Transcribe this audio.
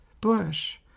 bush